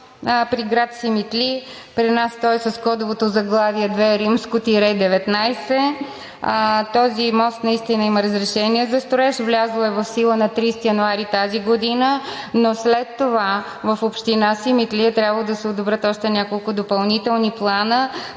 при град Симитли. При нас той е с кодовото заглавие: II-19. Този мост наистина има разрешение за строеж, влязло е в сила на 30 януари тази година, но след това в община Симитли е трябвало да се одобрят още няколко допълнителни плана.